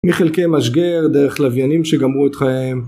מחלקי משגר, דרך לוויינים שגמרו את חייהם.